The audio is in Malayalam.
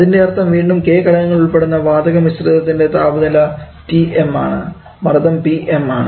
അതിൻറെ അർത്ഥം വീണ്ടും k ഘടകങ്ങൾ ഉൾപ്പെടുന്ന വാതക മിശ്രിതതിൻറെ താപനില Tm ആണ് മർദ്ദം Pm ആണ്